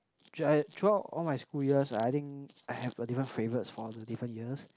throughout all my school years I think I have different favourites for different years